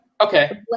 Okay